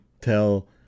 tell